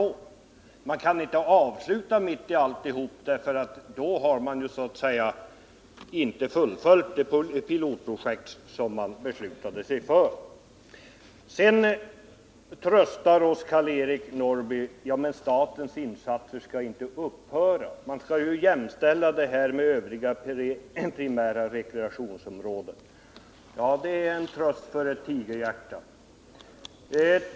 Vi kan inte avsluta mitt i alltihop — då har vi ju inte fullföljt det pilotprojekt som vi beslutade oss för. Vidare tröstar oss Karl-Eric Norrby med att säga: Ja, men statens insatser skall inte upphöra — man skall ju jämställa Åreområdet med övriga primära rekreationsområden. Det är en tröst för ett tigerhjärta.